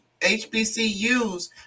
HBCUs